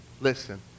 Listen